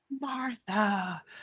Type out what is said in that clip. Martha